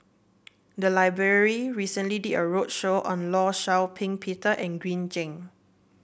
the library recently did a roadshow on Law Shau Ping Peter and Green Zeng